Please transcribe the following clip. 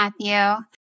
Matthew